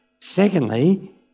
Secondly